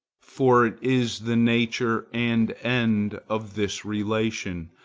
for it is the nature and end of this relation,